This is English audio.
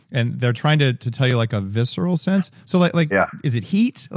and they're trying to to tell you like a visceral sense. so like like yeah is it heat?